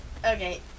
Okay